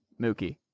Mookie